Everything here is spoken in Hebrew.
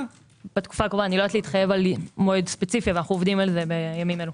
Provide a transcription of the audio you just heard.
לא יודעת להתחייב על מועד ספציפי אבל אנו עובדים על זה בימים אלו.